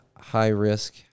high-risk